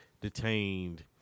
detained